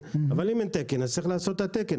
אבל אם יש תקן אז צריך לעשות את התקן.